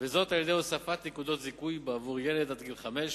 על-ידי הוספת נקודת זיכוי בעבור ילד עד גיל חמש,